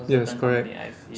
yes correct